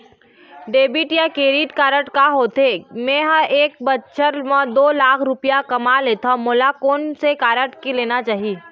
Debit या credit card का होथे, मे ह एक बछर म दो लाख रुपया कमा लेथव मोला कोन से कारड लेना चाही?